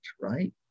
right